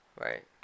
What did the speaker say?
Right